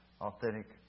authentic